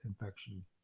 infection